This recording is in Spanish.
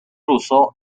russo